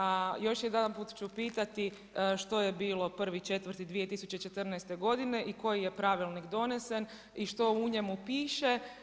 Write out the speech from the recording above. A još jedanput ću pitati, što je bilo 1.4.2014. godine i koji je pravilnik donesen i što u njemu piše?